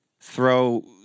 throw